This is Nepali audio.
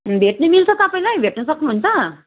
भेट्न मिल्छ तपाईँलाई भेट्न सक्नुहुन्छ